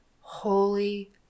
holy